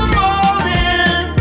morning